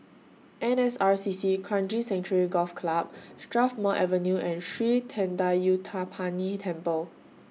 N S R C C Kranji Sanctuary Golf Club Strathmore Avenue and Sri Thendayuthapani Temple